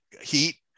heat